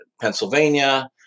Pennsylvania